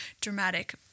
dramatic